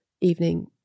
evening